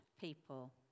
people